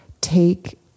take